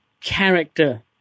character